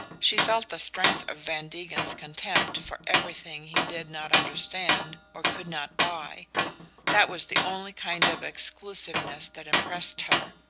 she felt the strength of van degen's contempt for everything he did not understand or could not buy that was the only kind of exclusiveness that impressed her.